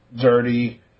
dirty